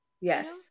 yes